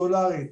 סולארית,